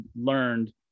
learned